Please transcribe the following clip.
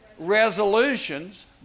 resolutions